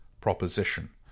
proposition